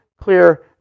clear